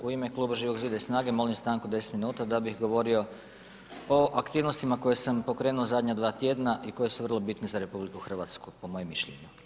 U ime kluba Živog zida i SNAGA-e molim stanku od deset minuta da bih govorio o aktivnostima koje sam pokrenuo u zadnja dva tjedna i koje su vrlo bitne za RH po mojem mišljenju.